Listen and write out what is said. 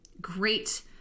great